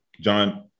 John